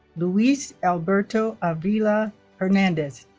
luis alberto avila hernandez